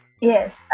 Yes